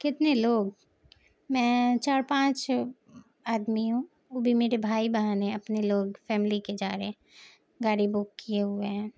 کتنے لوگ میں چار پانچ آدمی ہوں وہ بھی میرے بھائی بہن ہیں اپنے لوگ فیملی کے جا رہے گاڑی بک کیے ہوئے ہیں